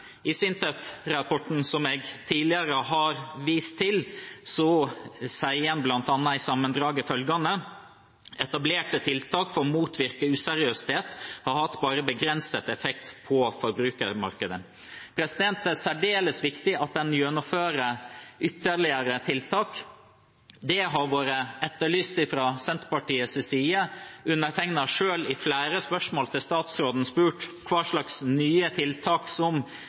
I SINTEF-rapporten som jeg tidligere har vist til, sier en bl.a. følgende i sammendraget: «Etablerte tiltak for å motvirke useriøsitet har hatt bare begrenset effekt på forbrukermarkedet.» Det er særdeles viktig at en gjennomfører ytterligere tiltak. Det har vært etterlyst fra Senterpartiets side. Undertegnede har selv, i flere spørsmål til statsråden, spurt hva slags nye tiltak som